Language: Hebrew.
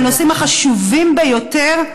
מהנושאים החשובים ביותר,